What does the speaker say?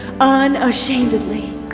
unashamedly